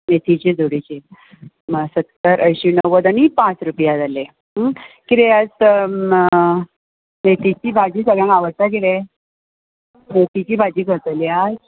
मेथयेचे जोडयेचे मा सत्तर अंयशीं णव्वद आनी पांच रुपया जाले किदें मेथयेची भाजी सगळ्यांक आवडटा किदें मेथयेची भाजी करतली आज